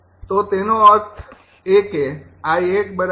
તો તેનો અર્થ એ કે બરાબર